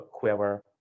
whoever